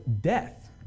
death